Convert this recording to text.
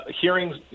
Hearings